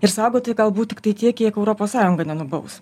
ir saugoti galbūt tiktai tiek kiek europos sąjunga nenubaus